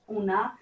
una